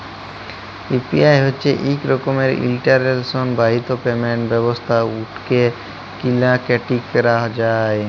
UPI হছে ইক রকমের ইলটারলেট বাহিত পেমেল্ট ব্যবস্থা উটতে কিলা কাটি ক্যরা যায়